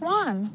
one